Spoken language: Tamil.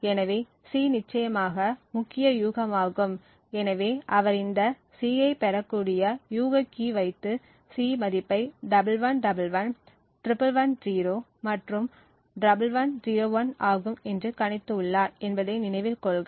எனவே C நிச்சயமாக முக்கிய யூகமாகும் எனவே அவர் இந்த C யைப் பெறக்கூடிய யூக கீ வைத்து C மதிப்பை 1111 1110 மற்றும் 1101 ஆகும் என்று கணித்து உள்ளார் என்பதை நினைவில் கொள்க